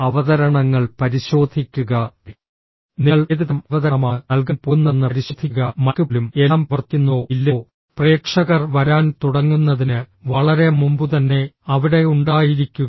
അവതരണങ്ങൾ പരിശോധിക്കുക നിങ്ങൾ ഏതുതരം അവതരണമാണ് നൽകാൻ പോകുന്നതെന്ന് പരിശോധിക്കുക മൈക്ക് പോലും എല്ലാം പ്രവർത്തിക്കുന്നുണ്ടോ ഇല്ലയോ പ്രേക്ഷകർ വരാൻ തുടങ്ങുന്നതിന് വളരെ മുമ്പുതന്നെ അവിടെ ഉണ്ടായിരിക്കുക